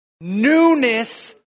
newness